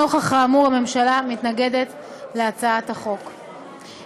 נוכח האמור, הממשלה מתנגדת להצעת החוק.